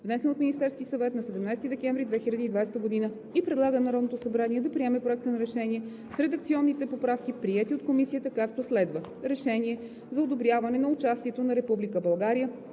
внесен от Министерския съвет на 17 декември 2020 г., и предлага на Народното събрание да приеме Проекта на решение с редакционните поправки, приети от Комисията, както следва: „Проект! РЕШЕНИЕ за одобряване на участието на Република България